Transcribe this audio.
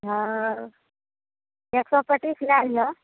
हँ एक सए पचीस लए लिहो